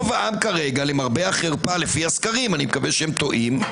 למרבה החרפה לפי הסקרים, מקווה שהם טועים,